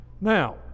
Now